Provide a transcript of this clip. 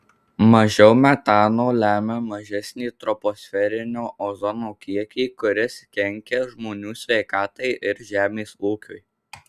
mažiau metano lemia mažesnį troposferinio ozono kiekį kuris kenkia žmonių sveikatai ir žemės ūkiui